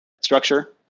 structure